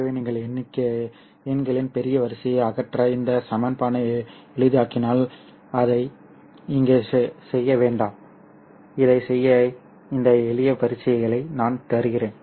ஆகவே நீங்கள் எண்களின் பெரிய வரிசையை அகற்ற இந்த சமன்பாட்டை எளிதாக்கினால் அதை இங்கே செய்ய வேண்டாம் இதைச் செய்ய இந்த எளிய பயிற்சிகளை நான் தருகிறேன்